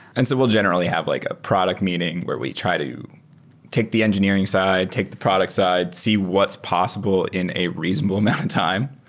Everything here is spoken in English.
and so we'll generally have like a product meeting where we try to take the engineering side, take the product side, see what's possible in a reasonable amount of time.